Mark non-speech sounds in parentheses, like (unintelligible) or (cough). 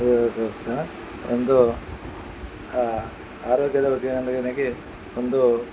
(unintelligible) ಒಂದು ಆರೋಗ್ಯದ ಬಗ್ಗೆ ಅಂದರೆ ನನಗೆ ಒಂದು